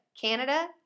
Canada